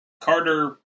Carter